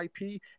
IP